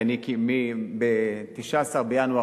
כי ב-19 בינואר,